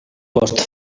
post